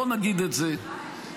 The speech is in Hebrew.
בוא נגיד את זה,